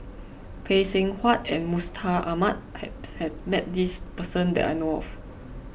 Phay Seng Whatt and Mustaq Ahmad has met this person that I know of